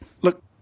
Look